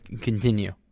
continue